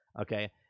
Okay